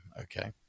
Okay